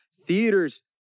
Theaters